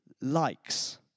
likes